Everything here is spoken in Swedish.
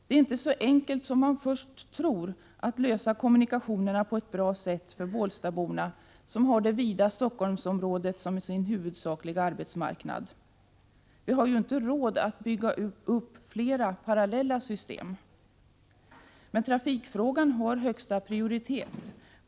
Det är inte så enkelt som man först tror att lösa kommunikationerna på ett bra sätt för bålstaborna, som har det vida Stockholmsområdet som sin huvudsakliga arbetsmarknad. Vi har ju inte råd att bygga upp flera parallella system. Men trafikfrågan har högsta prioritet.